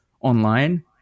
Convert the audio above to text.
online